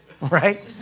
right